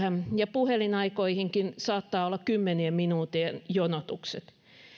puhelinaikoihinkin saattaa olla kymmenien minuuttien jonotukset